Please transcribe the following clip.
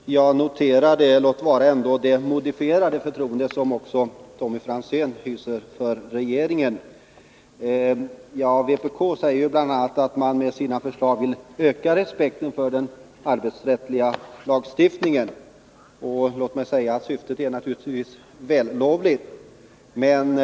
Herr talman! Jag noterar det förtroende — låt vara att det nu var modifierat —- som Tommy Franzén fortfarande hyser för regeringen. Vpk säger att man med sina förslag vill öka respekten för den arbetsrättsliga lagstiftningen. Det syftet är naturligtvis vällovligt. Men